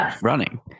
running